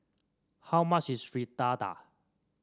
how much is Fritada